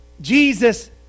Jesus